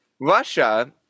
Russia